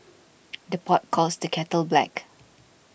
the pot calls the kettle black